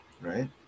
right